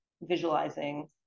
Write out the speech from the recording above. visualizing